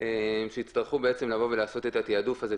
שיצטרכו לעשות את התעדוף הזה,